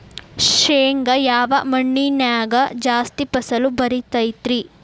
ಶೇಂಗಾ ಯಾವ ಮಣ್ಣಿನ್ಯಾಗ ಜಾಸ್ತಿ ಫಸಲು ಬರತೈತ್ರಿ?